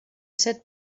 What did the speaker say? set